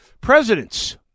presidents